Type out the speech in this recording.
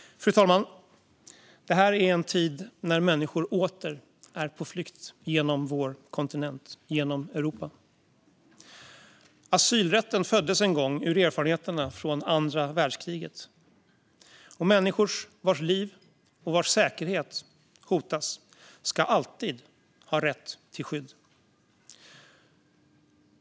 Fru talman! Det här är en tid när människor åter är på flykt genom vår kontinent, genom Europa. Asylrätten föddes en gång ur erfarenheterna från andra världskriget. Människor vars liv och säkerhet hotas ska alltid ha rätt till skydd.